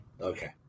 Okay